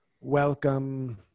welcome